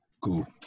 Cool